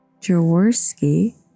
Jaworski